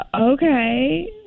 okay